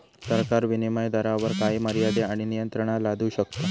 सरकार विनीमय दरावर काही मर्यादे आणि नियंत्रणा लादू शकता